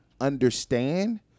understand